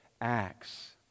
acts